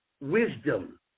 wisdom